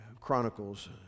Chronicles